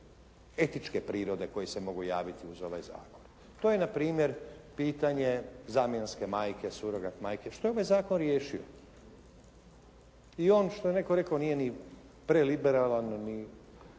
etičke prirode koje se mogu javiti uz ovaj zakon. To je na primjer pitanje zamjenske majke, surogat majke što je ovaj zakon riješio. I on što je netko rekao nije ni preliberalan.